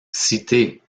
citez